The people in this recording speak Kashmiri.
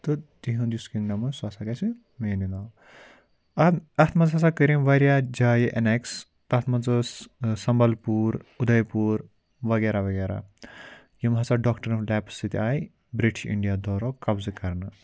تہٕ تِہُنٛد یُس کِنٛگڈَم اوس سُہ ہَسا گژھِ میٛانہِ ناو اَتھ اَتھ منٛز ہَسا کٔر أمۍ واریاہ جایہِ اٮ۪نیٚکٕس تَتھ منٛز ٲس سَمبَل پوٗر اُدَے پوٗر وغیرہ وغیرہ یِم ہَسا ڈاکٹرٛیٖن آف لیپہٕ سۭتۍ آیہِ بِرٛٹِش اِنڈیا دورٕ آو قبضہٕ کَرنہٕ